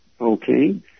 Okay